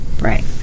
Right